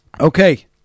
Okay